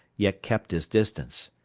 yet kept his distance.